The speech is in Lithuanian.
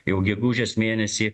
jau gegužės mėnesį